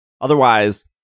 Otherwise